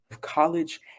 College